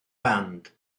band